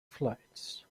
flights